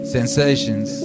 Sensations